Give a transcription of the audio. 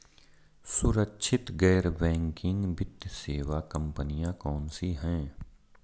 सुरक्षित गैर बैंकिंग वित्त सेवा कंपनियां कौनसी हैं?